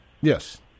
Yes